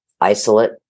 isolate